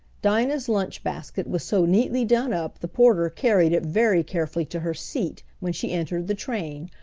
dinah's lunch basket was so neatly done up the porter carried it very carefully to her seat when she entered the train,